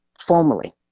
formally